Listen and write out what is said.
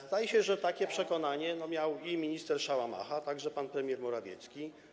Zdaje się, że takie przekonanie mieli minister Szałamacha, a także pan premier Morawiecki.